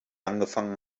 angefangen